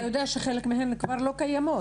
אתה יודע שחלק מהן כבר לא קיימות